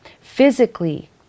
physically